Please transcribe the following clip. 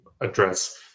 address